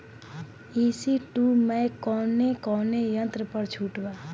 ई.सी टू मै कौने कौने यंत्र पर छुट बा?